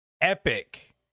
epic